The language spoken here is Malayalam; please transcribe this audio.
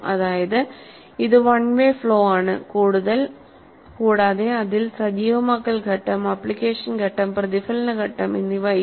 അതായത് ഇത് വൺവേ ഫ്ലോ ആണ് കൂടാതെ അതിൽ സജീവമാക്കൽ ഘട്ടം ആപ്ലിക്കേഷൻ ഘട്ടം പ്രതിഫലന ഘട്ടം എന്നിവ ഇല്ല